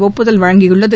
ஒப்புதல் அளித்துள்ளது